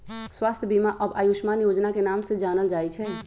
स्वास्थ्य बीमा अब आयुष्मान योजना के नाम से जानल जाई छई